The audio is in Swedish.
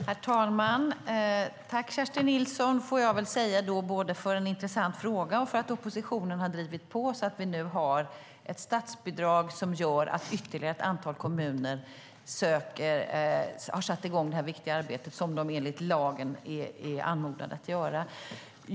Herr talman! Tack, Kerstin Nilsson, både för en intressant fråga och för att oppositionen har drivit på så att vi nu har ett statsbidrag som gör att ytterligare ett antal kommuner har satt i gång det här viktiga arbetet som de enligt lagen är anmodade att göra.